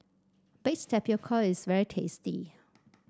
Baked Tapioca is very tasty